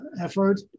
effort